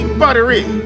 buttery